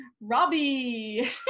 Robbie